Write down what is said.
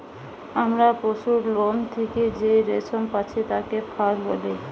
আমরা পশুর লোম থেকে যেই রেশম পাচ্ছি তাকে ফার বলে